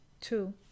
two